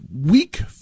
weak